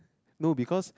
no because